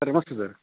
ನಮಸ್ತೆ ಸರ್